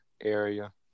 area